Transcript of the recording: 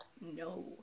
No